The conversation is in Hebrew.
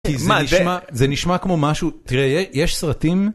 זה נשמע כמו משהו, תראה יש סרטים.